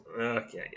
Okay